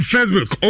Facebook